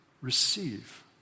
Receive